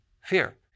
fear